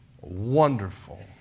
Wonderful